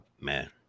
Man